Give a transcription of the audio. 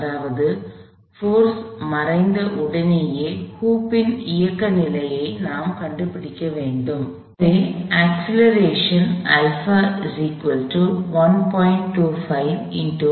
அதாவது போர்ஸ் மறைந்த உடனேயே ஹூப் இன் இயக்க நிலையை நாம் கண்டுபிடிக்க வேண்டும் எனவே அக்ஸ்லெரேஷன் α 1